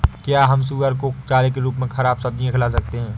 क्या हम सुअर को चारे के रूप में ख़राब सब्जियां खिला सकते हैं?